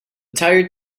tired